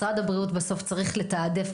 משרד הבריאות בסוף צריך לתעדף,